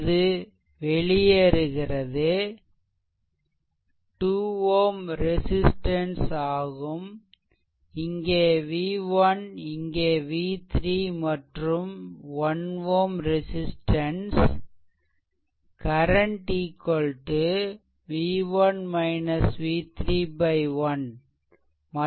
இது வெள்யேறுகிறது 2 Ω ரெசிஸ்ட்டன்ஸ் ஆகும் இங்கே v1 இங்கே v3 மற்றும் 1Ω ரெசிஸ்ட்டன்ஸ் கரண்ட் v1 v3 1